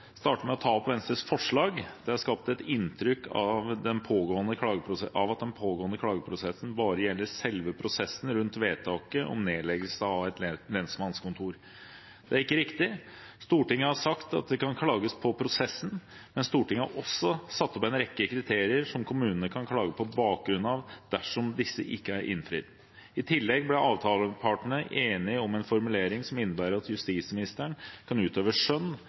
starte med å ta opp Venstres forslag. Det er skapt et inntrykk av at den pågående klageprosessen bare gjelder selve prosessen rundt vedtaket om nedleggelse av et lensmannskontor. Det er ikke riktig. Stortinget har sagt at det kan klages på prosessen, men Stortinget har også satt opp en rekke kriterier som kommunene kan klage på bakgrunn av, dersom disse ikke er innfridd. I tillegg ble avtalepartene enige om en formulering som innebærer at justisministeren kan utøve skjønn